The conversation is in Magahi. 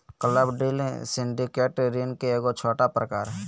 क्लब डील सिंडिकेट ऋण के एगो छोटा प्रकार हय